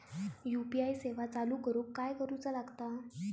UPI सेवा चालू करूक काय करूचा लागता?